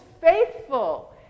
faithful